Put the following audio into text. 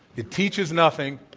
it teaches nothing.